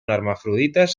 hermafrodites